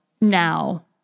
now